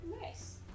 Nice